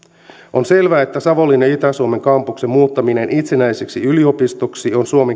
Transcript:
on selvä että savonlinnan kampuksen muuttaminen itsenäiseksi yliopistoksi on suomen